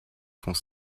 font